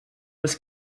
was